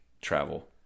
travel